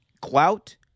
clout